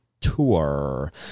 tour